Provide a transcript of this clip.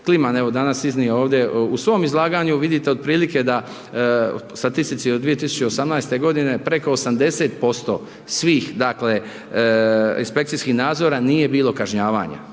Kliman, evo danas iznio ovdje u svom izlaganju, vidite otprilike da u statistici od 2018.g. preko 80% svih, dakle, inspekcijskih nadzora nije bilo kažnjavanja